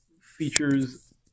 features